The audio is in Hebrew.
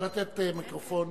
אדוני.